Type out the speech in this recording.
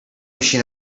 machine